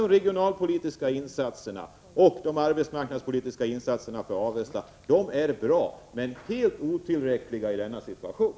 De regionalpolitiska och arbetsmarknadspolitiska insatserna för Avesta är egentligen bra, men helt otillräckliga i denna situation!